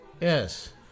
Yes